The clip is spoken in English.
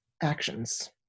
actions